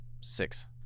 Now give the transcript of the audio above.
Six